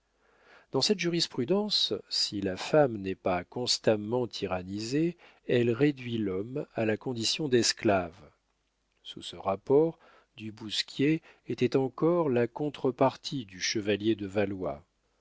dans cette jurisprudence si la femme n'est pas constamment tyrannisée elle réduit l'homme à la condition d'esclave sous ce rapport du bousquier était encore la contre-partie du chevalier de valois